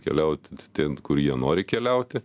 keliaut ten kur jie nori keliauti